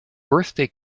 birthday